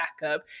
backup